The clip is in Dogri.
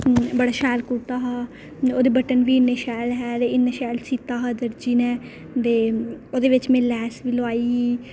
बड़ा शैल कुरता हा ते ओह्दे बटन बी इन्ने शैल हे ते इन्ना शैल सित्ता हा दरज़ी नै ते ओह्दे बिच में लैस बी लोआई ही